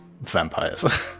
vampires